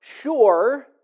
sure